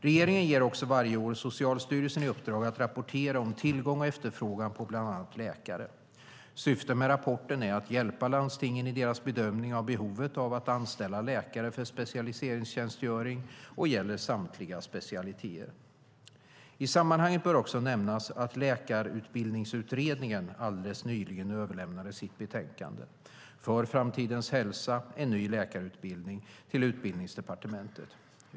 Regeringen ger också varje år Socialstyrelsen i uppdrag att rapportera om tillgång och efterfrågan på bland annat läkare. Syftet med rapporten är att hjälpa landstingen i deras bedömning av behovet av att anställa läkare för specialiseringstjänstgöring, och det gäller samtliga specialiteter. I sammanhanget bör också nämnas att Läkarutbildningsutredningen alldeles nyligen överlämnade sitt betänkande För framtidens hälsa - en ny läkarutbildning , SOU 2013:15, till Utbildningsdepartementet.